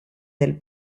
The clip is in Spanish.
del